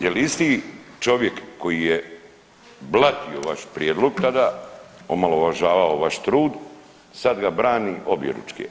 Jel' isti, čovjek koji je blatio vaš prijedlog tada, omalovažavao vaš trud, sada ga brani objeručke?